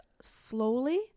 slowly